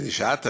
כדי שאת תביני,